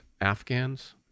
afghans